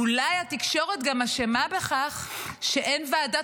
אולי התקשורת אשמה גם בכך שאין ועדת